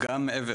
גם מעבר,